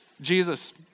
Jesus